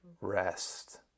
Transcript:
rest